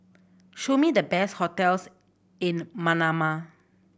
show me the best hotels in Manama